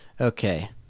Okay